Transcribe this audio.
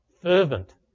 Fervent